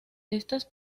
estas